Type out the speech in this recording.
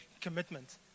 commitment